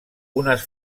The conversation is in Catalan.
unes